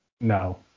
No